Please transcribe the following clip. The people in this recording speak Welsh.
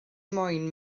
moyn